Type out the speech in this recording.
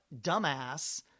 dumbass